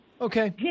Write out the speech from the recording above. Okay